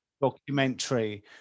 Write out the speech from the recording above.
documentary